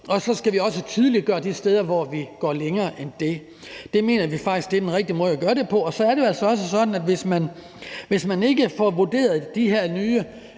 og så skal vi også tydeliggøre de steder, hvor vi går længere end det. Det mener vi faktisk er den rigtige måde at gøre det på. Så er det jo altså også sådan, at hvis man ikke får vurderet de her nye